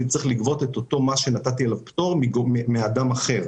אני צריך לגבות את אותו מס שנתתי עליו פטור מאדם אחר.